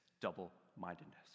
double-mindedness